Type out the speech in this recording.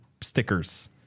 stickers